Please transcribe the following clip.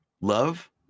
Love